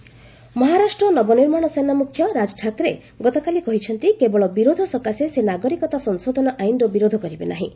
MNS CAA support Maharashtra Navnirman Sena ମୁଖ୍ୟ ରାଜ୍ ଠାକ୍ରେ ଗତକାଲି କହିଛନ୍ତି କେବଳ ବିରୋଧ ସକାଶେ ସେ ନାଗରିକତା ସଂଶୋଧନ ଆଇନର ବିରୋଧ କରିବେ ନାହିଁ